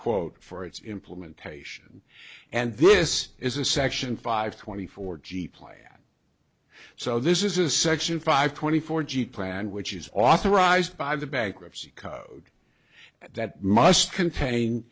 quote for its implementation and this is a section five twenty four g play so this is a section five twenty four g plan which is authorized by the bankruptcy code that must contain